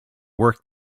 work